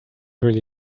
really